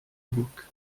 book